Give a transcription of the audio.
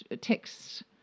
texts